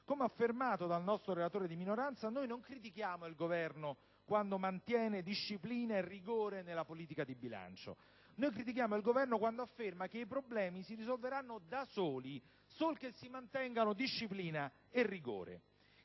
Come affermato dal nostro relatore di minoranza, noi non critichiamo il Governo quando mantiene disciplina e rigore nella politica di bilancio, ma quando afferma che i problemi si risolveranno da soli, sol che si mantengano disciplina e rigore.